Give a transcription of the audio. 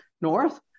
north